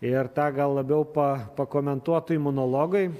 ir tą gal labiau pa pakomentuotų imunologai